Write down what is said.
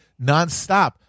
nonstop